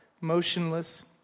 motionless